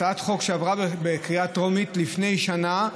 הצעת חוק שעברה בקריאה טרומית לפני שנה,